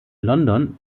london